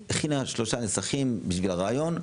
היא הכינה שלושה נסחים בשביל הרעיון,